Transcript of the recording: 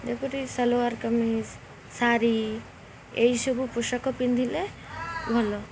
ଯେପରି ସଲୱାର୍ କମିଜ୍ ଶାଢ଼ୀ ଏଇସବୁ ପୋଷକ ପିନ୍ଧିଲେ ଭଲ